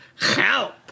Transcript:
Help